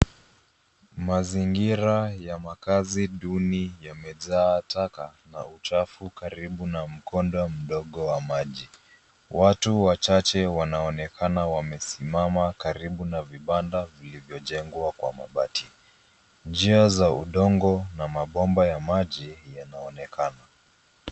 Mazingira ya makazi duni yamejaa taka na uchafu, karibu na mkondo mdogo wa maji. Watu wachache wanaonekana wamesimama karibu na vibanda vilivyojengwa kwa mabati. Njia za udongo na mabomba ya maji, yanaonekana.